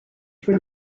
for